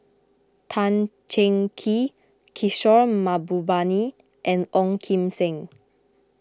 Tan Cheng Kee Kishore Mahbubani and Ong Kim Seng